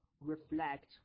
reflect